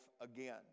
again